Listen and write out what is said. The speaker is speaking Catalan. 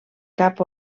cap